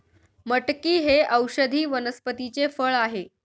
मटकी हे औषधी वनस्पतीचे फळ आहे